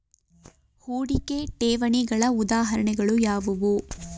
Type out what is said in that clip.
ಹೂಡಿಕೆ ಠೇವಣಿಗಳ ಉದಾಹರಣೆಗಳು ಯಾವುವು?